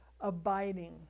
Abiding